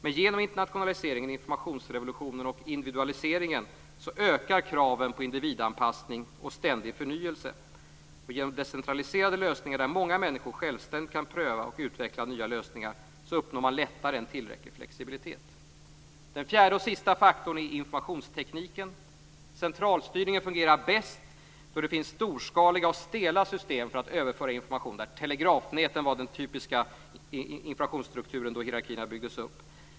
Men genom internationaliseringen, informationsrevolutionen och individualiseringen ökar kraven på individanpassning och ständig förnyelse. Genom decentraliserade lösningar, där många människor självständigt kan pröva och utveckla nya lösningar, uppnår man lättare en tillräcklig flexibilitet. Den fjärde och sista faktorn är informationstekniken. Centralstyrning fungerar bäst då det finns storskaliga och stela system för att överföra och bearbeta information. Telegrafnäten var den typiska informationsstrukturen då hierarkierna byggdes upp.